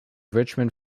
richmond